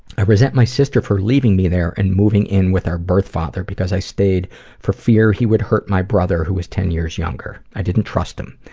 i resent my sister for leaving me there and moving in with our birth father, because i stayed for fear that he would hurt my brother, who was ten years younger. i didn't trust him.